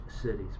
cities